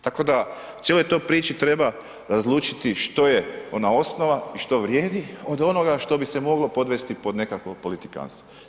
Tako da u cijeloj toj priči treba razlučiti što je ona osnova i što vrijedi od onoga što bi se moglo podvesti pod nekakvo politikanstvo.